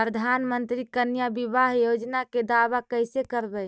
प्रधानमंत्री कन्या बिबाह योजना के दाबा कैसे करबै?